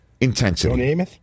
intensity